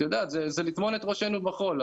את יודעת, זה לטמון את ראשנו בחול.